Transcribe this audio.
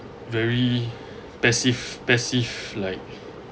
very passive passive like